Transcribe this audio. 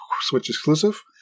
Switch-exclusive